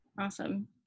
Awesome